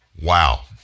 Wow